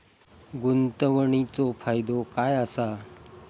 गुंतवणीचो फायदो काय असा?